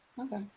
okay